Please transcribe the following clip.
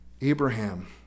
Abraham